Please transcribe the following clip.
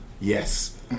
Yes